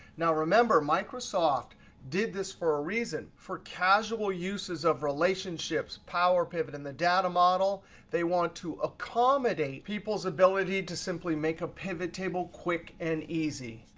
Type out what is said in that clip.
now, remember, microsoft did this for a reason. for casual uses of relationships, power pivot in the data model they want to accommodate people's ability to simply make a pivot table quick and easy.